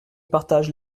partage